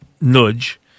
nudge